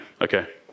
Okay